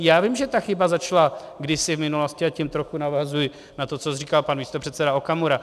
Já vím, že ta chyba začala kdysi v minulosti, a tím trochu navazuji na to, co říkal pan místopředseda Okamura.